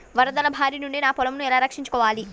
వరదల భారి నుండి నా పొలంను ఎలా రక్షించుకోవాలి?